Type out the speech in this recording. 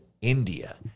India